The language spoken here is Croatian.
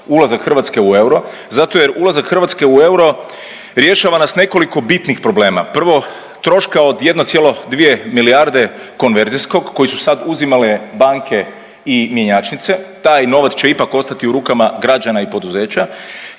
Hrvatske u euro